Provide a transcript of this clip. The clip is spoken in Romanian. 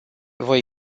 voi